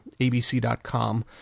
ABC.com